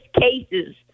cases